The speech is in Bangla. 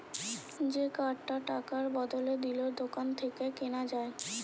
যে কার্ডটা টাকার বদলে দিলে দোকান থেকে কিনা যায়